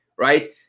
Right